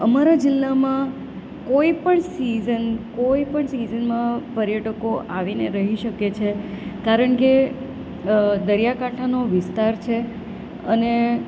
અમારા જિલ્લામાં કોઈ પણ સિઝન કોઈપણ સિઝનમાં પર્યટકો આવીને રહી શકે છે કારણ કે દરિયાકાંઠાનો વિસ્તાર છે અને